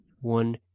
one